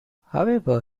however